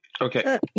Okay